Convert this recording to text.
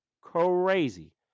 Crazy